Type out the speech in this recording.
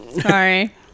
Sorry